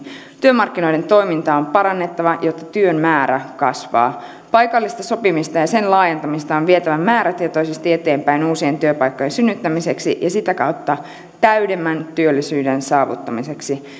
työmarkkinoiden toimintaa on parannettava jotta työn määrä kasvaa paikallista sopimista ja sen laajentamista on vietävä määrätietoisesti eteenpäin uusien työpaikkojen synnyttämiseksi ja sitä kautta täydemmän työllisyyden saavuttamiseksi